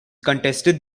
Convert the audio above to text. contested